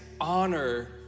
honor